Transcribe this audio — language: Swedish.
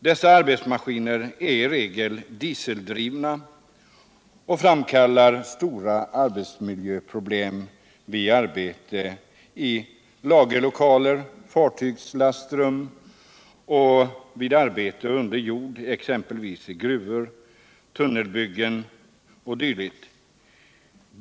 Dessa arbetsmaskiner är i regel dieseldrivna och framkallar stora arbetsmiljöproblem i lagerlokaler och fartygslastrum och vid arbeten under jord, exempelvis i gruvor och tunnelbyggen.